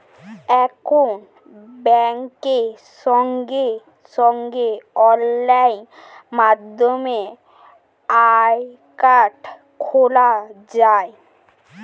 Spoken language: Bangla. এখন ব্যাংকে সঙ্গে সঙ্গে অনলাইন মাধ্যমে অ্যাকাউন্ট খোলা যায়